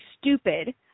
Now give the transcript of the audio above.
stupid